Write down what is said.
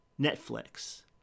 Netflix